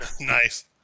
Nice